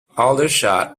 aldershot